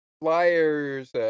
flyers